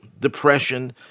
depression